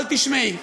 אבל תשמעי,